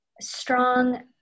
strong